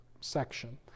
section